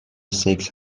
سکس